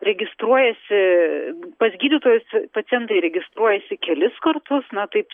registruojasi pas gydytojus pacientai registruojasi kelis kartus na taip